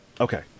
Okay